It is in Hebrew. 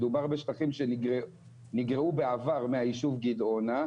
מדובר בשטחים שנגרעו בעבר מהיישוב גדעונה,